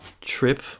trip